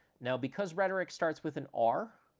now, because rhetoric starts with an r,